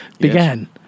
began